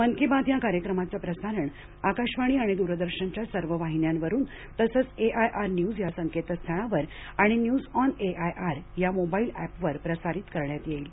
मन की बात या कार्यक्रमाचं प्रसारण आकाशवाणी आणि दूरदर्शनच्या सर्व वाहिन्यांवरून तसंच ए आय आर न्यूज या संकेतस्थळावर आणि news on A I R या मोबाईल एपवर प्रसारित करण्यात येईल